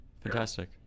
Fantastic